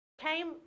came